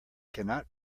cannot